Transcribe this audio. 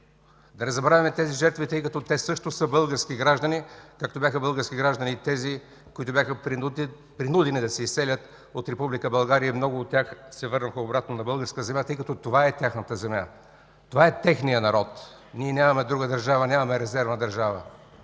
Да не забравяме тези жертви, тъй като те също са български граждани, както бяха български граждани и тези, които бяха принудени да се изселят от Република България. Много от тях се върнаха обратно на българска земя, тъй като това е тяхната земя, това е техният народ. Ние нямаме друга държава, нямаме резервна държава,